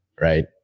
right